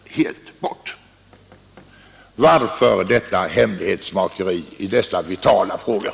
Varför detta hemlighetsmakeri i dessa för samhället så vitala frågor?